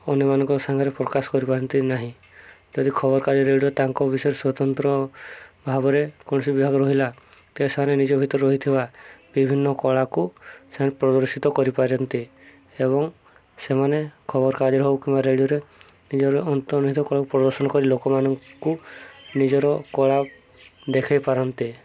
ଅନ୍ୟମାନଙ୍କ ସାଙ୍ଗରେ ପ୍ରକାଶ କରିପାରନ୍ତି ନାହିଁ ଯଦି ଖବରକାଗଜରେ ରେଡ଼ିଓ ତାଙ୍କ ବିଷୟରେ ସ୍ୱତନ୍ତ୍ର ଭାବରେ କୌଣସି ବିଭାଗ ରହିଲା ତ ସେମାନେ ନିଜ ଭିତରେ ରହିଥିବା ବିଭିନ୍ନ କଳାକୁ ସେମାନେ ପ୍ରଦର୍ଶିତ କରିପାରନ୍ତେ ଏବଂ ସେମାନେ ଖବରକାଗଜରେ ହେଉ କିମ୍ବା ରେଡ଼ିଓରେ ନିଜର ଅନ୍ତର୍ନିହିତ କଳାକୁ ପ୍ରଦର୍ଶନ କରି ଲୋକମାନଙ୍କୁ ନିଜର କଳା ଦେଖାଇ ପାରନ୍ତେ